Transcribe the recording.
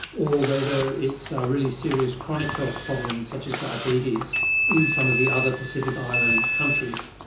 or whether it's ah really serious chronic health problems such as diabetes in some of the other pacific island countries,